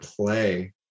play